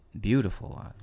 Beautiful